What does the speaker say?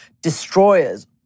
destroyers